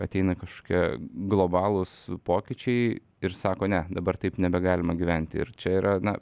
ateina kažkokie globalūs pokyčiai ir sako ne dabar taip nebegalima gyventi ir čia yra na